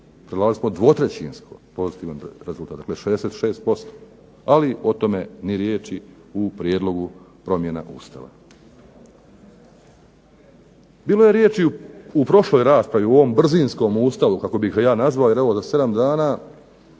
Predlagali smo 2/3 pozitivan rezultat. Dakle, 66% ali o tome ni riječi u Prijedlogu promjene Ustava. Bilo je riječi u prošloj raspravi u ovom brzinskom Ustavu kako bih ga ja nazvao, jer evo za 7 dana